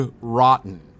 rotten